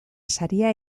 saria